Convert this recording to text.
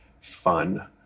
fun